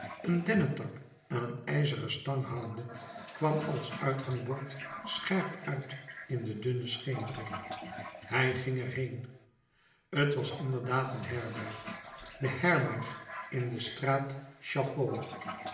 een dennetak aan een ijzeren stang hangende kwam als uithangbord scherp uit in de dunne schemering hij ging er heen t was inderdaad een herberg de herberg in de straat chaffaut